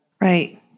Right